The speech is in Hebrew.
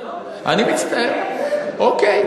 בסדר,